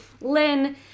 Lynn